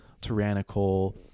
tyrannical